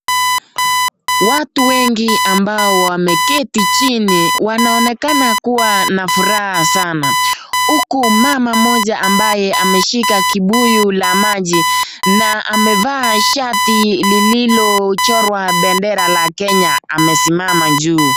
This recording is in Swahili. Watu wengi ambao wameketi chini wanaonekana kuwa na furaha sana, huku mama moja ambaye ameshika kibuyu la maji na amevaa shati lililochorwa bendera la Kenya amesimama juu.